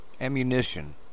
ammunition